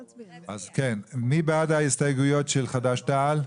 3. מי בעד ההסתייגויות של חד"ש-תע"ל?